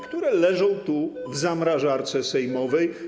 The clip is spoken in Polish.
które leżą tu, w zamrażarce sejmowej?